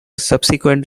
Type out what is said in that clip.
subsequent